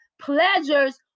pleasures